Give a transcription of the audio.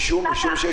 משפט אחרון.